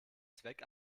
zweck